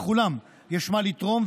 לכולם יש מה לתרום,